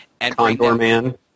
Condorman